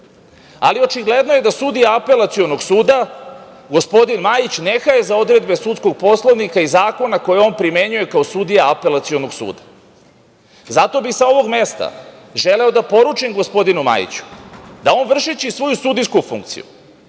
ali očigledno je da sudija Apelacionog suda gospodin Majić ne haje za odredbe sudskog Poslovnika i zakona koje on primenjuje kao sudija Apelacionog suda. Zato bih sa ovog mesta želeo da poručim gospodinu Majiću da on, vršeći svoju sudijsku funkciju,